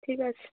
ঠিক আছে